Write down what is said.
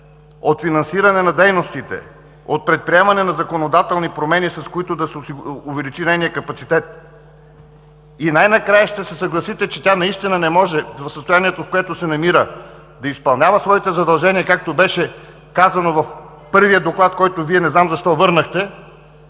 от финансиране на дейностите, от предприемане на законодателни промени, с които да се увеличи нейният капацитет. Най-накрая ще се съгласите, че тя наистина не може в състоянието, в което се намира, да изпълнява своите задължения, както беше казано в първия доклад, който Вие не знам защо върнахте,